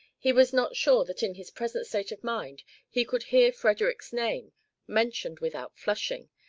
he was not sure that in his present state of mind he could hear frederick's name mentioned without flushing,